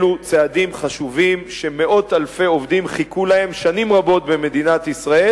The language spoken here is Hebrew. אלו צעדים חשובים, שמאות אלפי עובדים במדינת ישראל